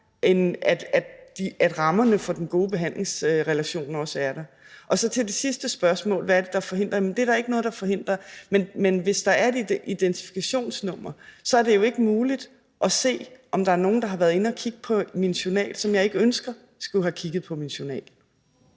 at rammerne for den gode behandlingsrelation også er der? Til det sidste spørgsmål om, hvad det er, der forhindrer det, vil jeg sige, at det er der ikke noget der forhindrer, men hvis der er et identifikationsnummer, er det jo ikke muligt at se, om der nogen, der har været inde at kigge på min journal, som jeg ikke ønsker skulle have kigget på min journal.